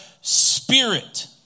spirit